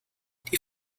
die